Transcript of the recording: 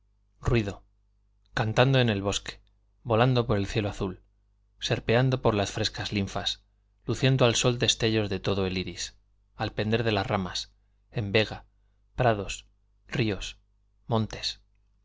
ruido cantando en el bosque volando por el cielo azul serpeando por las frescas linfas luciendo al sol destellos de todo el iris al pender de las ramas en vega prados ríos montes